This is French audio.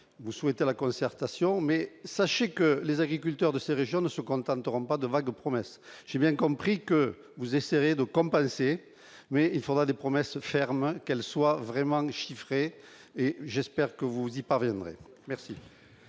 vous souhaitez la concertation, mais sachez que les agriculteurs de ces régions ne se contenteront pas de vagues promesses, j'ai bien compris que vous essayez de compenser, mais il faudra des promesses fermes, qu'elle soit vraiment et j'espère que vous y parviendrez merci.